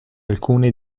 alcune